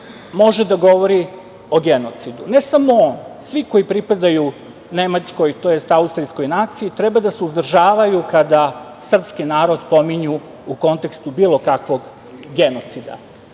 može da govori o genocidu. Ne samo on, svi koji pripadaju nemačkoj, tj. austrijskoj naciji, treba da se uzdržavaju kada srpski narod pominju u kontekstu bilo kakvog genocida,